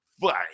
fight